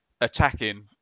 attacking